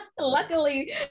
luckily